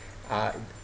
uh